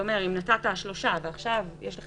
זה אומר שאם נתת שלושה ימים ועכשיו יש לך